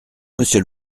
monsieur